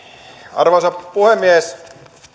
arvoisa puhemies